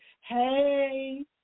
Hey